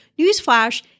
newsflash